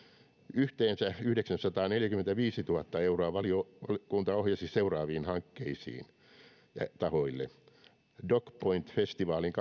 yhteensä yhdeksänsataaneljäkymmentäviisituhatta euroa valiokunta ohjasi seuraaviin hankkeisiin ja tahoihin docpoint festivaalin